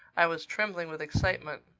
i was trembling with excitement.